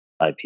ip